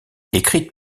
écrite